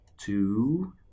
Two